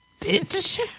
Bitch